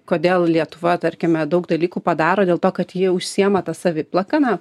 kodėl lietuva tarkime daug dalykų padaro dėl to kad jie užsiima ta saviplaka na